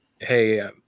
Hey